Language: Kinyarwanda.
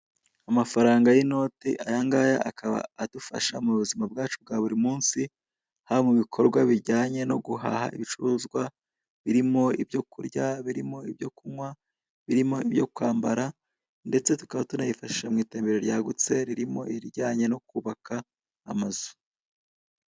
Amafaranga y'inote ayangaya akaba adufasha mu buzima bwacu bwa buri munsi haba mu bikorwa bijyanye no guhaha ibicuruzwa birimo ibyo kurya birimo ibyo kunkwa birimo nibyo kwambara ndetse tukaba tunayifashisha mu iterambere ryagutse ririmo irijyanye no kubaka amazu.